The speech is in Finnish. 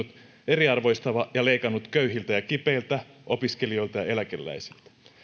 eriarvoistavaa ja leikannut köyhiltä ja kipeiltä opiskelijoilta ja eläkeläisiltä kun menoja ei ole